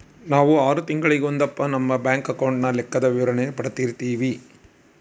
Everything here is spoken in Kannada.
ನಾವು ಆರು ತಿಂಗಳಿಗೊಂದಪ್ಪ ನಮ್ಮ ಬ್ಯಾಂಕ್ ಅಕೌಂಟಿನ ಲೆಕ್ಕದ ವಿವರಣೇನ ಪಡೀತಿರ್ತೀವಿ